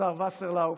השר וסרלאוף,